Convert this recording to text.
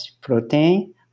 protein